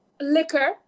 liquor